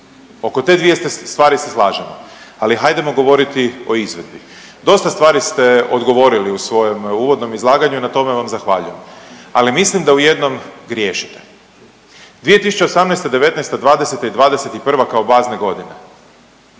Oko te dvije stvari se slažemo, ali hajdemo govoriti o izvedbi. Dosta stvari ste odgovorili u svojem uvodnom izlaganju, na tome vam zahvaljujem. Ali mislim da u jednom griješite. 2018., devetnaesta, dvadeseta